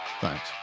Thanks